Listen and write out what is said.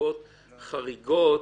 בנסיבות חריגות.